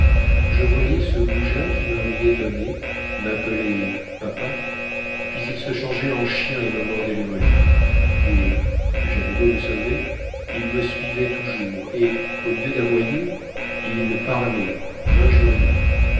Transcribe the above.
je voyais ce goujat qui me riait au nez m'appelait papa puis il se changeait en chien et me mordait les mollets et j'avais beau me sauver il me suivait toujours et au lieu d'aboyer il parlait